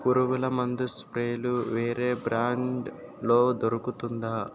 పురుగుల మందు స్ప్రేలు వేరే బ్రాండ్లో దొరుకుతుందా